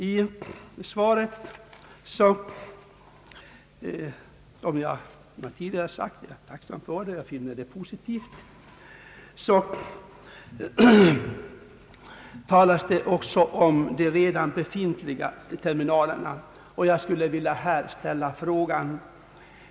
I svaret — jag har tidigare sagt att jag är tacksam för det, och jag finner det positivt — talas det också om de redan befintliga terminalerna. Jag skulle här vilja ställa en fråga.